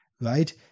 right